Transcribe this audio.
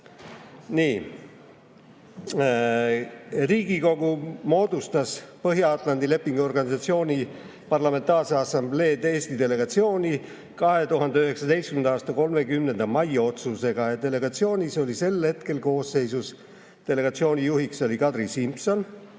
Riigikogu moodustas Põhja-Atlandi Lepingu Organisatsiooni Parlamentaarse Assamblee Eesti delegatsiooni 2019. aasta 30. mai otsusega ja delegatsioon oli sel hetkel järgmine koosseis: delegatsiooni juht oli Kadri Simson,